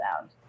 sound